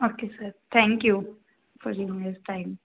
okay sir thank you four time